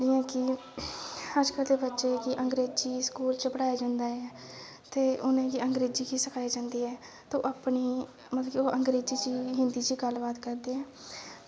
जियां कि अज्जकल दे बच्चे गी अंगरेज़ी स्कूल च पढ़ाया जंदा ऐ ते उनेंगी अंगरेज़ी बी सखाई जंदी ऐ ते ओह् अपनी मतलब कि अंगरेज़ी ते हिंदी च गल्ल बात करदे न